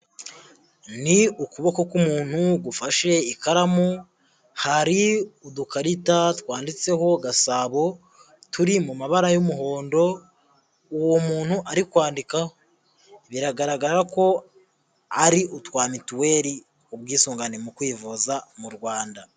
Ni ukuboko k'umuntu gufashe ikaramu, hari udukarita twanditseho Gasabo turi mu mabara y'umuhondo, uwo muntu ari kwandikaho, biragaragara ko ari utwa mituweli ubwisungane mu kwivuza mu Rwanda.